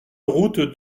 route